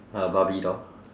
uh barbie doll